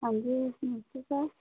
ਹਾਂਜੀ